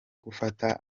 gufata